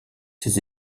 ses